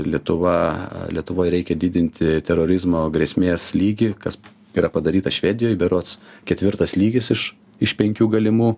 lietuva lietuvoj reikia didinti terorizmo grėsmės lygį kas yra padaryta švedijoj berods ketvirtas lygis iš iš penkių galimų